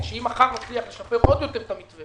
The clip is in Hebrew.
כי אם מחר נצליח לשפר עוד יותר את המתווה